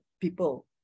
people